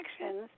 actions